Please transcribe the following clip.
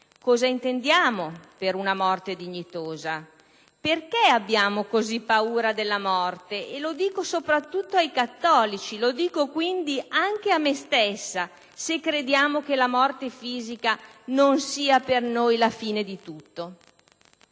Cosa intendiamo per una morte dignitosa? Perché abbiamo così paura della morte? Lo dico soprattutto ai cattolici, quindi anche a me stessa, se crediamo che la morte fisica non sia per noi la fine di tutto.